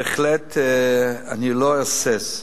בהחלט, אני לא אהסס.